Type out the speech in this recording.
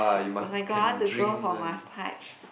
oh-my-god I want to go for massage